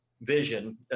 vision